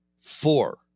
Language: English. four